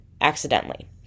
accidentally